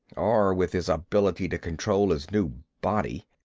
or with his ability to control his new body.